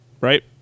right